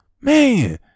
Man